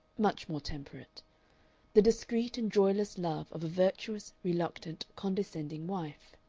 much more temperate the discreet and joyless love of a virtuous, reluctant, condescending wife.